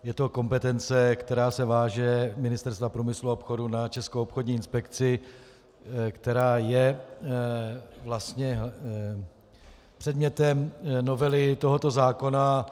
Je to kompetence, která se váže z Ministerstva průmyslu a obchodu na Českou obchodní inspekci, která je vlastně předmětem novely tohoto zákona.